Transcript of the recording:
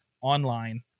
online